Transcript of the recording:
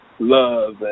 love